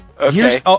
Okay